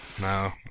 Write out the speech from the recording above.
No